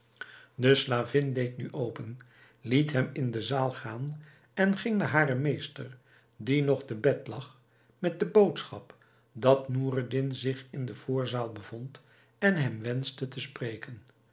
de slavin deed nu open liet hem in de zaal gaan en ging naar haren meester die nog te bed lag met de boodschap dat noureddin zich in de voorzaal bevond en hem wenschte te spreken